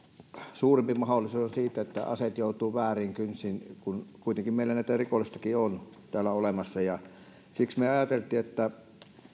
suurempi mahdollisuus on siihen että aseet joutuvat vääriin kynsiin kun kuitenkin meillä näitä rikollisiakin on täällä olemassa siksi me ajattelimme että